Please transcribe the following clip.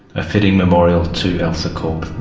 a fitting memorial to elsa corp.